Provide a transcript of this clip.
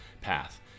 path